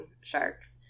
sharks